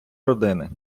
родини